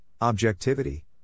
objectivity